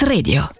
Radio